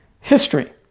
history